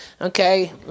Okay